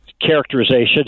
characterization